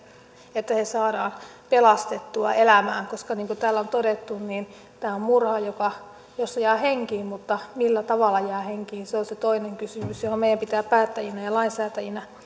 että heidät saadaan pelastettua elämään niin kuin täällä on todettu tämä on murha jossa jää henkiin mutta millä tavalla jää henkiin se on se toinen kysymys johon meidän pitää päättäjinä ja lainsäätäjinä